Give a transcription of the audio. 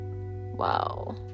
wow